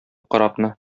корабны